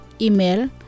Email